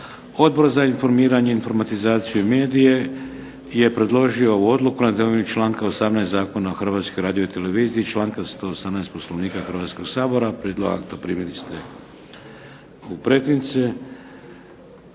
Odbor za informiranje, informatizaciju i medije je predložio ovu odluku na temelju članka 18. Zakona o Hrvatskoj radioteleviziji i članka 118. Poslovnika Hrvatskoga sabora. Prijedloge akta primili ste u pretince.